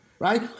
right